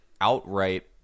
outright